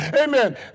Amen